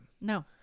No